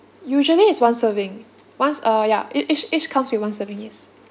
usually is one serving once uh ya each each comes with one serving yes